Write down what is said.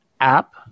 app